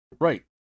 Right